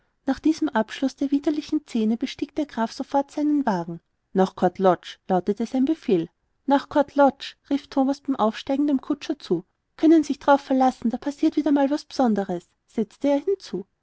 nach diesem abschluß der widerlichen szene bestieg der graf sofort seinen wagen nach court lodge lautete sein befehl nach court logde rief thomas im aufsteigen dem kutscher zu können sich darauf verlassen da passiert wieder mal was besondres setzte er hinzu